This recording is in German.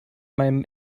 meinem